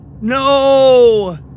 No